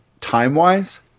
time-wise